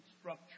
structure